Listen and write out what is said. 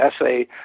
essay